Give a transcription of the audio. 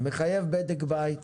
זה מחייב בדק בית,